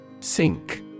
Sink